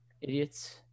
Idiots